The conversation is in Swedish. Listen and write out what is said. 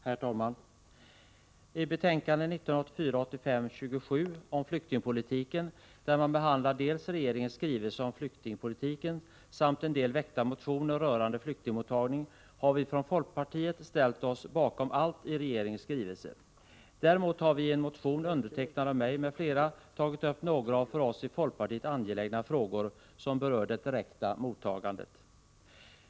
Herr talman! I socialförsäkringsutskottets betänkande 1984/85:27 om flyktingpolitiken, där man behandlar dels regeringens skrivelse om flyktingpolitiken, dels en del väckta motioner rörande flyktingmottagning har vi från folkpartiet ställt oss bakom allt i regeringens skrivelse. Däremot har vi i en motion undertecknad av mig m.fl. tagit upp några för oss i folkpartiet angelägna frågor, som berör det direkta mottagandet.